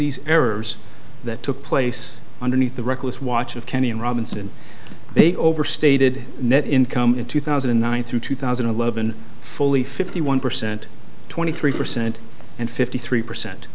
these errors that took place underneath the reckless watch of kenny and robinson they overstated net income in two thousand and nine through two thousand and eleven fully fifty one percent twenty three percent and fifty three percent